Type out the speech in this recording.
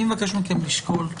אני מבקש מכם לשקול,